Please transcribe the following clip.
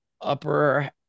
upper –